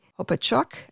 Hopachok